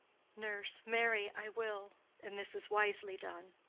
nurse. marry, i will and this is wisely done.